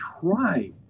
try